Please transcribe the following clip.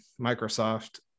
microsoft